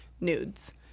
nudes